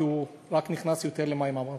כי הוא רק נכנס למים יותר עמוקים.